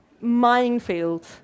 minefield